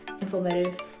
informative